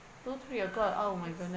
two three O clock oh my goodne~